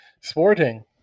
Sporting